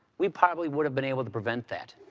we probably would have been able to prevent that.